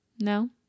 No